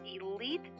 Elite